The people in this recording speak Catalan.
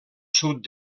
sud